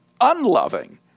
unloving